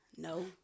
no